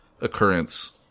occurrence